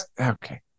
Okay